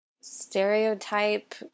stereotype